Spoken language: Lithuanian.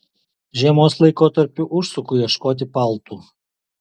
žiemos laikotarpiu užsuku ieškodama paltų